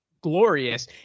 glorious